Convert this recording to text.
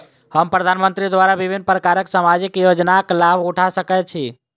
हम प्रधानमंत्री द्वारा विभिन्न प्रकारक सामाजिक योजनाक लाभ उठा सकै छी?